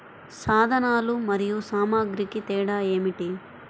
సాధనాలు మరియు సామాగ్రికి తేడా ఏమిటి?